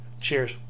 cheers